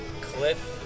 Cliff